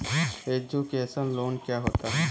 Education loan क्या होता है?